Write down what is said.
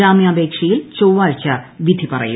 ജാമ്യാപേക്ഷയിൽ ചൊവ്വാഴ്ച വിധി പറയും